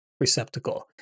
receptacle